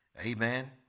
Amen